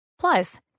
Plus